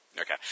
Okay